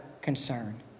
concern